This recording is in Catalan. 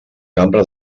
cambra